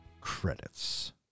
credits